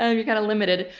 and you're kind of limited.